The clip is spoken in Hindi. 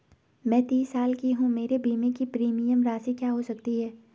मैं तीस साल की हूँ मेरे बीमे की प्रीमियम राशि क्या हो सकती है?